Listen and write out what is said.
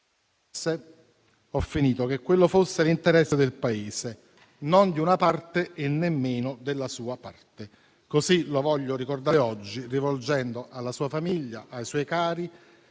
convinzione che quello fosse l'interesse del Paese, non di una parte e nemmeno della sua parte. Così lo voglio ricordare oggi, rivolgendo alla sua famiglia, ai suoi cari